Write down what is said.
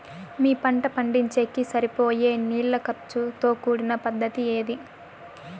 మీ పంట పండించేకి సరిపోయే నీళ్ల ఖర్చు తో కూడిన పద్ధతి ఏది?